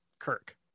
Kirk